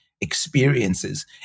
experiences